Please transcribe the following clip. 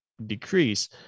decrease